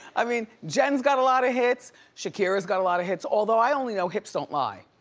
i mean, jen's got a lot of hits, shakira's got a lot of hits, although i only know hips don't lie.